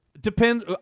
Depends